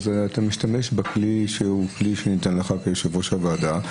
אז אתה משתמש בכלי שהוא כלי שניתן לך כיושב-ראש הוועדה.